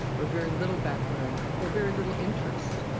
or very little background, or very little interest.